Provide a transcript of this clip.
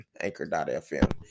Anchor.fm